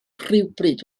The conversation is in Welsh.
rhywbryd